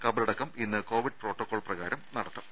കബറടക്കം ഇന്ന് covid protocol പ്രകാരം നടക്കും